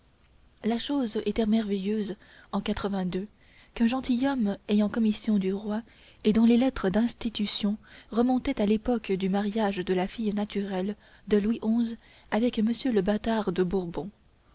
la chose était merveilleuse en qu'un gentilhomme ayant commission du roi et dont les lettres d'institution remontaient à l'époque du mariage de la fille naturelle de louis xi avec monsieur le bâtard de bourbon